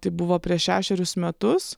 tai buvo prieš šešerius metus